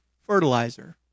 fertilizer